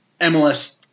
MLS